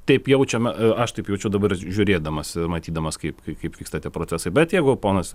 taip jaučiame aš taip jaučiu dabar žiūrėdamas ir matydamas kaip kaip vyksta tie procesai bet jeigu ponas